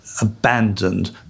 abandoned